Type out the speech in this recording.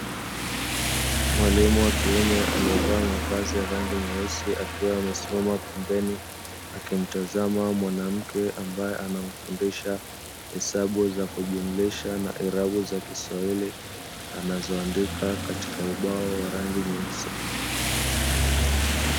Mwalimu wa kiume alievaa mavazi ya rangi nyeusi akiwa amesimama pembeni, akimtazama mwanamke ambaye anamfundisha hesabu za kujumlisha na irabu za kiswahili anazoandika katika ubao wa rangi nyeusi.